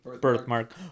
birthmark